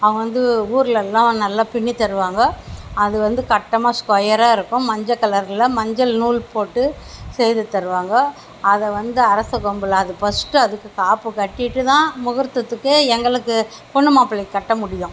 அவங்க வந்து ஊருலலாம் நல்லா பின்னித்தருவாங்க அது வந்து கட்டமாக ஸ்கொயராயிருக்கும் மஞ்சள் கலரில் மஞ்சள் நூல் போட்டு செய்து தருவாங்க அதை வந்து அரச கொம்புல அதை பஸ்ட்டு அதுக்கு காப்பு கட்டிவிட்டுதான் முகூர்த்தத்துக்கு எங்களுக்கு பொண்ணு மாப்பிளைக்கு கட்டமுடியும்